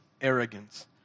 Arrogance